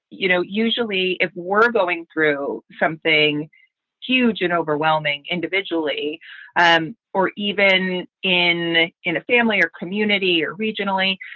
you know, usually if we're going through something huge and overwhelming individually and or even in in a family or community or regionally,